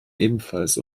ebenfalls